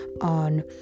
on